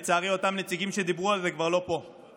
לצערי, אותם נציגים שדיברו על זה כבר אינם פה.